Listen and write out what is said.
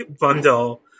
bundle